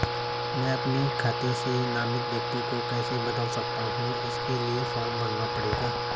मैं अपने खाते से नामित व्यक्ति को कैसे बदल सकता हूँ इसके लिए फॉर्म भरना पड़ेगा?